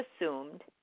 assumed